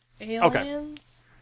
Aliens